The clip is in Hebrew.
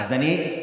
אז אני,